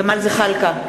ג'מאל זחאלקה,